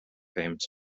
famed